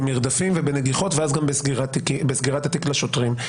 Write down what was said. במרדפים ובנגיחות ואז גם בסגירת התיק לשוטרים.